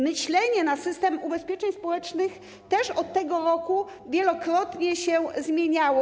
Myślenie, jeśli chodzi o system ubezpieczeń społecznych, też od tego roku wielokrotnie się zmieniało.